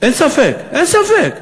אין ספק, אין ספק.